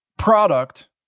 product